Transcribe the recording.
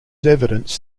evidence